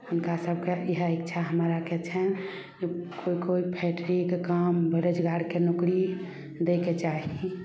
हुनका सभके इएह इच्छा हमराके छनि कोइ कोइ फैक्टरीके काम बेरोजगारके नौकरी दैके चाही